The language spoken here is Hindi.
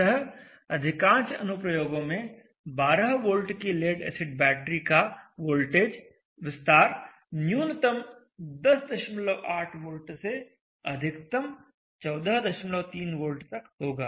अतः अधिकांश अनुप्रयोगों में 12 वोल्ट की लेड एसिड बैटरी का वोल्टेज विस्तार न्यूनतम 108 V से अधिकतम 14 3 V तक होगा